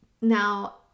Now